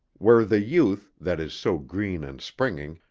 where the youth, that is so green and springing,